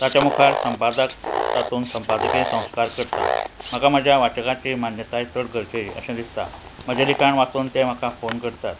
ताच्या मुखार संपादक तातूंत संपादकी संस्कार करता म्हाका म्हज्या वाचकांची मान्यताय चड गरजेचे अशें दिसता म्हजें लिखाण वाचून ते म्हाका फोन करतात